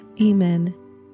Amen